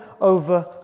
over